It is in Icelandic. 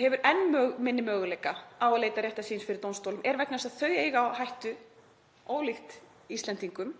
hefur enn minni möguleika á að leita réttar síns fyrir dómstólum er að þau eiga á hættu, ólíkt Íslendingum,